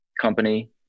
company